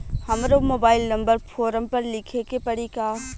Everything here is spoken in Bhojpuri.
हमरो मोबाइल नंबर फ़ोरम पर लिखे के पड़ी का?